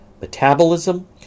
metabolism